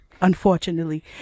unfortunately